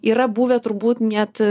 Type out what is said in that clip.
yra buvę turbūt net